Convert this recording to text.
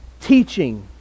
teaching